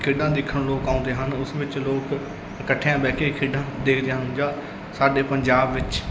ਖੇਡਾਂ ਦੇਖਣ ਲੋਕ ਆਉਂਦੇ ਹਨ ਉਸ ਵਿੱਚ ਲੋਕ ਇਕੱਠਿਆਂ ਬਹਿ ਕੇ ਦੇਖਦੇ ਹਨ ਜਾਂ ਸਾਡੇ ਪੰਜਾਬ ਵਿੱਚ